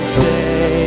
say